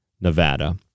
Nevada